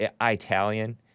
Italian